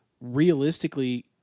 Realistically